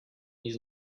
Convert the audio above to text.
his